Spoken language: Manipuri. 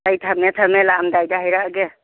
ꯑꯩ ꯊꯝꯃꯦ ꯊꯝꯃꯦ ꯂꯥꯛꯑꯝꯗꯥꯏꯗ ꯍꯥꯏꯔꯛꯑꯒꯦ